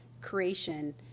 creation